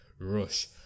Rush